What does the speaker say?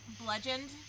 Bludgeoned